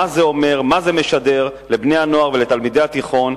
מה זה אומר ומה זה משדר לבני-הנוער ולתלמידי התיכון,